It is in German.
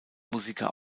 musiker